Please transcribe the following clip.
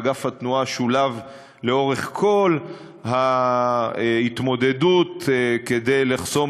אגף התנועה שולב לאורך כל ההתמודדות כדי לחסום